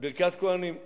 ברכת כוהנים.